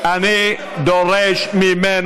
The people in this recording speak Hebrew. אני לא צעקתי עליך.